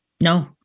No